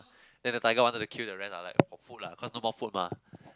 then the tiger wanted to kill the rest ah like for food lah because no more food mah